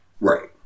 Right